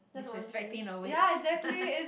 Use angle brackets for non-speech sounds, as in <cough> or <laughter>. disrespecting the weights <laughs>